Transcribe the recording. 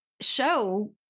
show